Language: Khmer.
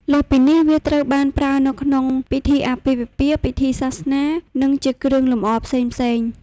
លើសពីនេះ វាត្រូវបានប្រើនៅក្នុងពិធីអាពាហ៍ពិពាហ៍ ពិធីសាសនា និងជាគ្រឿងលម្អផ្សេងៗ។